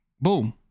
Boom